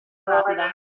rapida